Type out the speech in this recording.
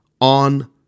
on